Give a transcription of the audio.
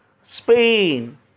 Spain